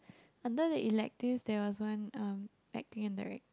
under the electives that was one um acting and directing